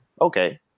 okay